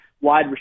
wide